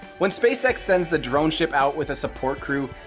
when spacex sends the droneship out with a support crew,